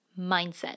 mindset